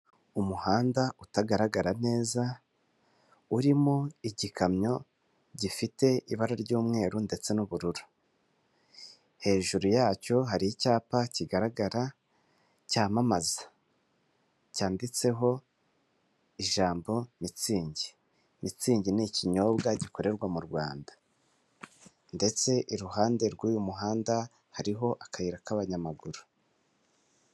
Umuhanda utagaragara neza, urimo igikamyo gifite ibara ry'umweru ndetse n'ubururu. Hejuru yacyo hari icyapa kigaragara, cyamamaza, cyanditseho ijambo mitsingi. Mitsingi ni ikinyobwa gikorerwa mu Rwanda ndetse iruhande rw'uyu muhanda hariho akayira k'abanyamaguru.